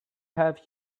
have